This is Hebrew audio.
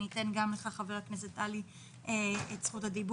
עדנה דוד